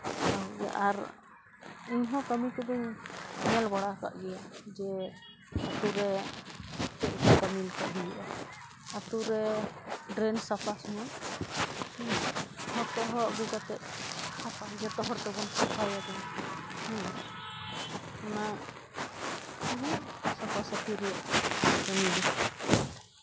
ᱟᱨ ᱤᱧ ᱦᱚᱸ ᱠᱟᱹᱢᱤ ᱠᱚᱫᱚᱹᱧ ᱧᱮᱞ ᱵᱟᱲᱟ ᱠᱟᱜ ᱜᱮᱭᱟ ᱡᱮ ᱟᱛᱳ ᱨᱮ ᱪᱮᱫᱞᱮᱠᱟ ᱠᱟᱹᱢᱤ ᱞᱮᱠᱷᱟᱡ ᱦᱩᱭᱩᱜᱼᱟ ᱟᱛᱳᱨᱮ ᱰᱨᱮᱱ ᱥᱟᱯᱷᱟ ᱥᱚᱢᱚᱭ ᱱᱚᱛᱮ ᱦᱚᱦᱚ ᱤᱫᱤ ᱠᱟᱛᱮ ᱥᱟᱯᱷᱟ ᱡᱚᱛᱚᱦᱚᱲ ᱛᱮᱵᱚᱱ ᱥᱟᱯᱷᱟᱭᱟ ᱫᱮᱞᱟ ᱚᱱᱟ ᱩᱱᱟᱹᱜ ᱥᱟᱯᱷᱟ ᱥᱟ ᱯᱷᱤ ᱨᱮ ᱠᱟᱹᱢᱤ ᱫᱚ